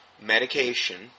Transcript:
medication